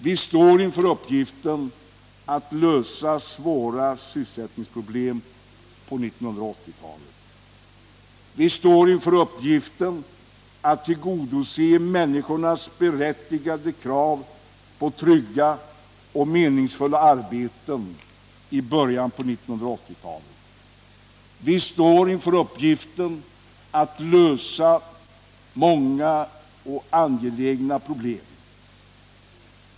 Vi står inför uppgiften att lösa svåra sysselsättningsproblem på 1980-talet. Vi står inför uppgiften att tillgodose människornas berättigade krav på trygga och meningsfulla arbeten i början på 1980-talet. Vi står inför uppgiften att lösa många och angelägna problem.